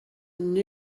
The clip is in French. une